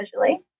visually